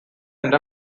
end